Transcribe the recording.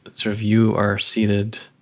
sort of you are seated